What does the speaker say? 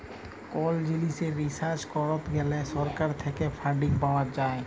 call জিলিসে research করত গ্যালে সরকার থেক্যে ফান্ডিং পাওয়া যায়